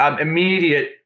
immediate